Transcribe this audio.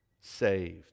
saved